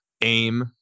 aim